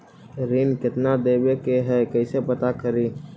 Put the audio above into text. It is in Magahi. ऋण कितना देवे के है कैसे पता करी?